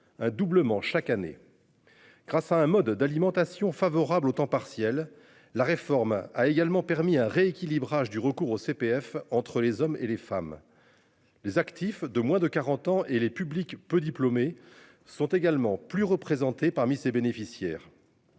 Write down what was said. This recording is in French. un doublement chaque année. Grâce à un mode d'alimentation, favorable au temps partiel. La réforme a également permis un rééquilibrage du recours au CPF entre les hommes et les femmes.-- Les actifs de moins de 40 ans et les publics peu diplômés sont également plus représentées parmi ces bénéficiaires.